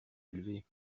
élevés